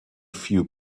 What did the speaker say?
few